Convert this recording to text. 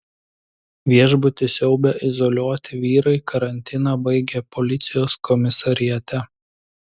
viešbutį siaubę izoliuoti vyrai karantiną baigė policijos komisariate